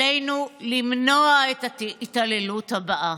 עלינו למנוע את ההתעללות הבאה.